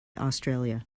australia